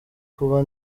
kuba